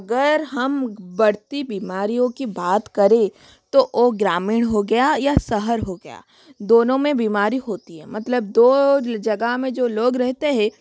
अगर हम बढ़ती बीमारियों की बात करें तो वो ग्रामीण हो गया या शहर हो गया दोनों में बीमारी होती है मतलब दो जगह में जो लोग रहता है